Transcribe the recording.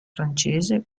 francese